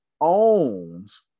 owns